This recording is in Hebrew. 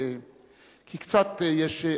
כי קצת יש,